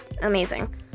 amazing